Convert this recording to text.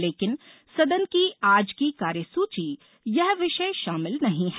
लेकिन सदन की आज की कार्यसूची में यह विषय शामिल नहीं है